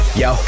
yo